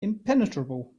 impenetrable